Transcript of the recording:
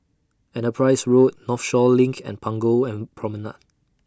Enterprise Road Northshore LINK and Punggol and Promenade